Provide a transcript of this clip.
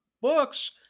books